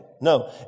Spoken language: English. No